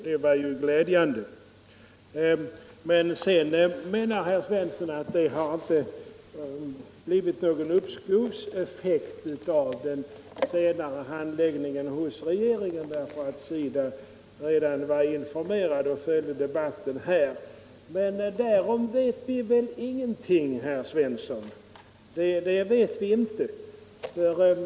Detta är ju glädjande, men herr Svensson menar att den senare handläggningen hos regeringen inte har fått någon uppskovseffekt, eftersom SIDA redan var informerad och följde debatten. Därom vet vi väl ingenting, herr Svensson.